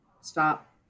stop